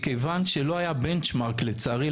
מכיוון שלא היה בנצ'מרק לצערי,